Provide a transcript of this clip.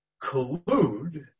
collude